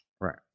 Right